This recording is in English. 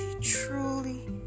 truly